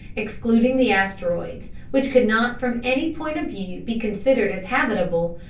excluding the asteroids, which could not from any point of view be considered as habitable,